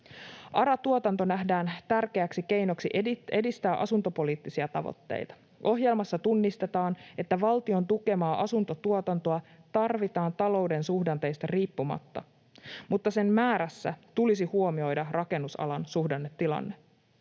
ARA-tuotanto nähdään tärkeäksi keinoksi edistää asuntopoliittisia tavoitteita. Ohjelmassa tunnistetaan, että valtion tukemaa asuntotuotantoa tarvitaan talouden suhdanteista riippumatta, mutta sen määrässä tulisi huomioida rakennusalan suhdannetilanne.